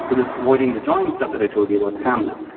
so this avoiding the join stuff that i told you about, the hamlet,